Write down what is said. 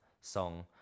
song